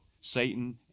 Satan